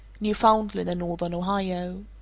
newfoundland and northern ohio.